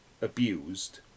abused